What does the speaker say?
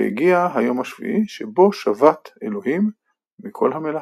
והגיע היום השביעי שבו שבת אלוהים מכל המלאכה.